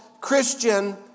Christian